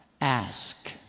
Ask